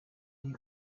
ati